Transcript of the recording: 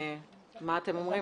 מה אתם אומרים?